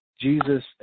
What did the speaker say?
Jesus